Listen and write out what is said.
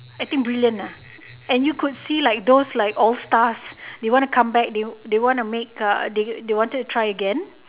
I think brilliant ah and you could see like those like old stars they want to come back they they want make uh they they wanted to try again